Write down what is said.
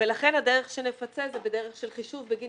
ולכן הדרך שנפצה היא בדרך של חישוב בגין